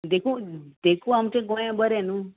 देखू देखू आमचें गोंय बरें न्हू